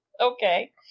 Okay